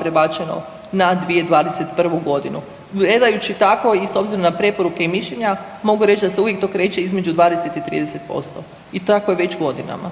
prebačeno na 2021. godinu. Gledajući tako i s obzirom na preporuke i mišljenja mogu reći da se uvijek to kreće između 20 i 30% i tako je već godinama.